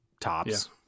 tops